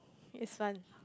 it's fun